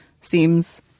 seems